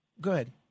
good